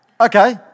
okay